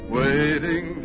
waiting